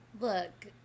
Look